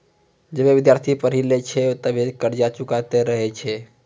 जबे विद्यार्थी पढ़ी लै छै तबे कर्जा चुकैतें रहै छै